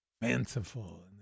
fanciful